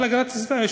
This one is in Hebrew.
המשרד להגנת הסביבה,